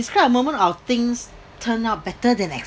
it's kind of moment or things turn out better than expected